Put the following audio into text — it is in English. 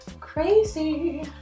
crazy